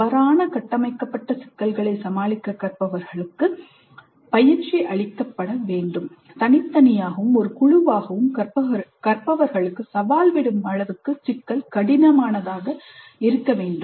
தவறான கட்டமைக்கப்பட்ட சிக்கல்களைச் சமாளிக்க கற்பவர்களுக்கு பயிற்சி அளிக்கப்பட வேண்டும் தனித்தனியாகவும் ஒரு குழுவாகவும் கற்பவர்களுக்கு சவால் விடும் அளவுக்கு சிக்கல் கடினமானதாக இருக்க வேண்டும்